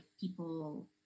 people